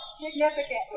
significantly